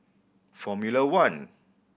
Formula One